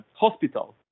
hospitals